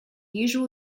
usual